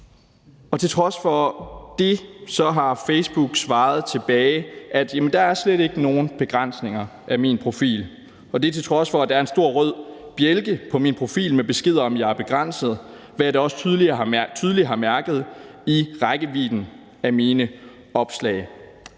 til trods for det har Facebook svaret tilbage, at der slet ikke er nogen begrænsninger af min profil – det, til trods for at der er en stor rød bjælke på min profil med besked om, at jeg er begrænset, hvad jeg da også tydeligt har mærket i rækkevidden af mine opslag.